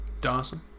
dawson